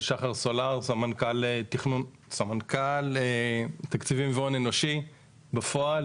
שחר סולר, סמנכ"ל תקציבים והון אנושי בפועל.